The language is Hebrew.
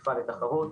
לפתיחה לתחרות.